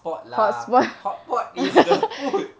hotspot lah hotpot is the food